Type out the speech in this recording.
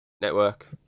network